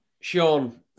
Sean